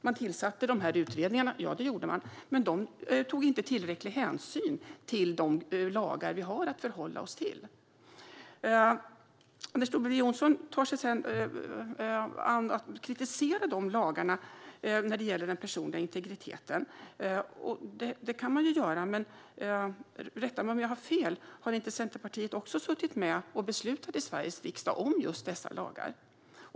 Man tillsatte de här utredningarna - ja, det gjorde man, men de tog inte tillräcklig hänsyn till de lagar vi har att förhålla oss till. Anders W Jonsson tar sig sedan an att kritisera de lagarna när det gäller den personliga integriteten. Det kan man göra, men - rätta mig om jag har fel - har inte Centerpartiet också suttit med och beslutat i Sveriges riksdag om just dessa lagar?